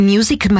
Music